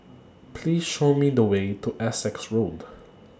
Please Show Me The Way to Essex Road